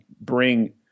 bring